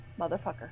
motherfucker